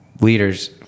leaders